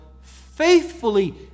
faithfully